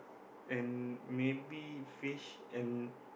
and maybe fish and